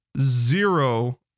zero